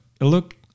look